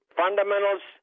fundamentals